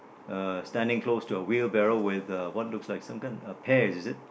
uh standing close to a wheelbarrow with a one looks like a sometime pear is it